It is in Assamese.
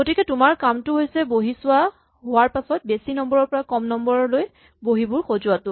গতিকে তোমাৰ কামটো হৈছে বহী চোৱা হোৱাৰ পাছত বেছি নম্বৰ ৰ পৰা কম নম্বৰ লৈ বহীবোৰ সজোৱাটো